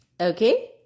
Okay